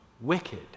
wicked